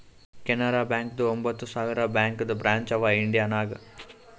ಕೆನರಾ ಬ್ಯಾಂಕ್ದು ಒಂಬತ್ ಸಾವಿರ ಬ್ಯಾಂಕದು ಬ್ರ್ಯಾಂಚ್ ಅವಾ ಇಂಡಿಯಾ ನಾಗ್